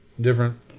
different